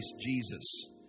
Jesus